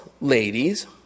ladies